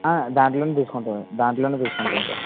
ఆ దాంట్లోనే తీసుకుంటాం దాంట్లోనే తీసుకుంటాం సార్